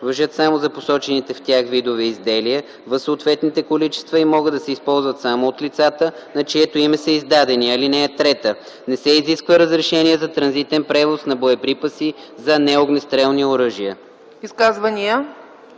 важат само за посочените в тях видове изделия в съответните количества и могат да се използват само от лицата, на чието име са издадени. (3) Не се изисква разрешение за транзитен превоз на боеприпаси за неогнестрални оръжия”.